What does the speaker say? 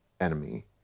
enemy